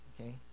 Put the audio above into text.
okay